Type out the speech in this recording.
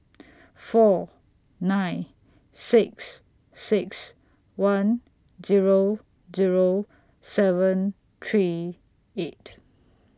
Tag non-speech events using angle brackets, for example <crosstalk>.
<noise> four nine six six one Zero Zero seven three eight